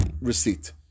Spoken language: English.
receipt